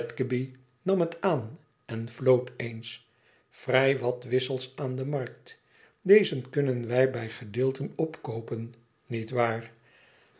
nam het aan en floot eens vrij wat wissels aan de markt deze kunnen wij bij gedeelten opkoopen niet waar